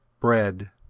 bread